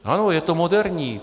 Ano, je to moderní.